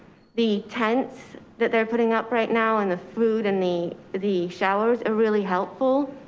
the tents that they're putting up right now and the food and the the showers are really helpful.